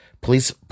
police